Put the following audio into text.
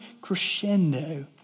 crescendo